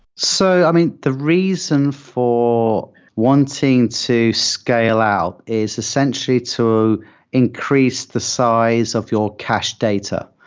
so i mean, the reason for wanting to scale out is essentially to increase the size of your cache data.